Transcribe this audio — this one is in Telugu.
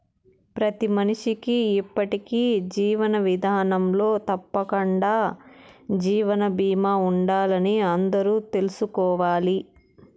ప్రతి మనిషికీ ఇప్పటి జీవన విదానంలో తప్పకండా జీవిత బీమా ఉండాలని అందరూ తెల్సుకోవాలి